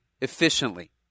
efficiently